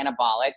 anabolics